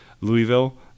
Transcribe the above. Louisville